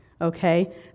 okay